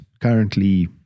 currently